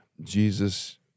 Jesus